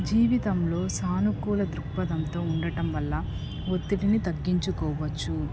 జీవితంలో సానుకూల దృక్పథంతో ఉండటం వల్ల ఒత్తిడిని తగ్గించుకోవచ్చు